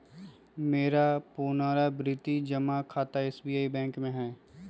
मेरा पुरनावृति जमा खता एस.बी.आई बैंक में हइ